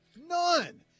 None